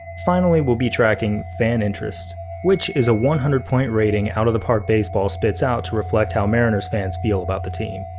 finally, we'll be tracking fan interest which is a one hundred point rating out of the park baseball spits out to reflect how mariners fans feel about the team.